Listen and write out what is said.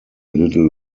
little